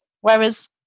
whereas